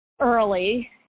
early